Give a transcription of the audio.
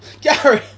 Gary